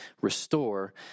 restore